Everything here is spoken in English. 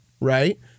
right